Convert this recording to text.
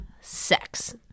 Sex